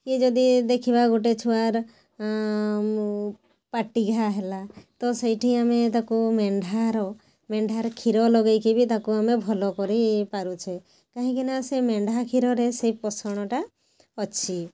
କି ଯଦି ଦେଖିବା ଗୋଟେ ଛୁଆର ମୁ ପାଟି ଘାଆ ହେଲା ତ ସେଇଠି ଆମେ ତାକୁ ମେଣ୍ଢାର ମେଣ୍ଢାର କ୍ଷୀର ଲଗେଇକି ବି ତାକୁ ଆମେ ଭଲ କରି ପାରୁଛେ କାହିଁକିନା ସେ ମେଣ୍ଢା କ୍ଷୀରରେ ସେଇ ପୋଷଣଟା ଅଛି